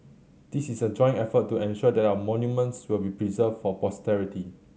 this is a joint effort to ensure that our monuments will be preserved for posterity